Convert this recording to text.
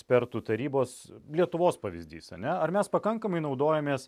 ekspertų tarybos lietuvos pavyzdys a ne ar mes pakankamai naudojamės